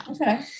Okay